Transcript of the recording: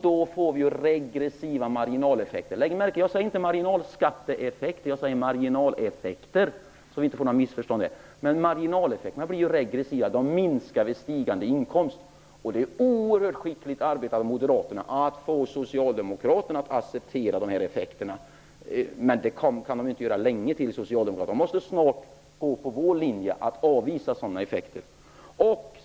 Då får vi ju regressiva marginaleffekter. Lägg märke till att jag inte säger marginalskatteeffekter, utan jag säger marginaleffekter, så att det inte blir några missförstånd. Marginaleffekterna blir ju regressiva. De minskar vid stigande inkomst. Det är oerhört skickligt arbetat av moderaterna att få socialdemokraterna att acceptera dessa effekter. Det kan socialdemokraterna inte göra länge till. De måste snart gå på vår linje att avvisa sådana effekter.